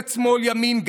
ממשלת שמאל-ימין,